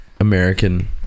American